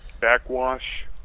backwash